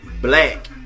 black